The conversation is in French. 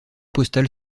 postal